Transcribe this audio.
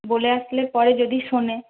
বলে আসলে পরে যদি শোনে